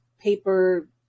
paper